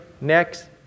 next